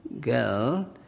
girl